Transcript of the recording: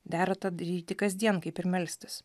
dera tą daryti kasdien kaip ir melstis